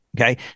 okay